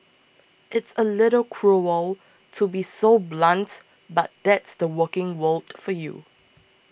it's a little cruel to be so blunt but that's the working world for you